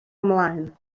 ymlaen